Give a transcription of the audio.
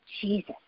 Jesus